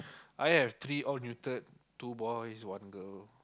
I have three all neutered two boys one girl